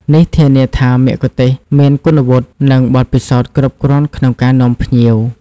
នេះធានាថាមគ្គុទ្ទេសក៍មានគុណវុឌ្ឍិ និងបទពិសោធន៍គ្រប់គ្រាន់ក្នុងការនាំភ្ញៀវ។